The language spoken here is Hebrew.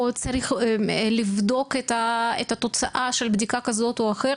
צריך לבדוק את התוצאה של בדיקה כזאת או אחרת,